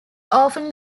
often